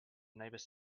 neighbour